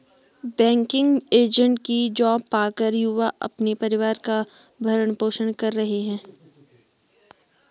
banking agent की job पाकर युवा अपने परिवार का भरण पोषण कर रहे है